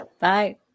Bye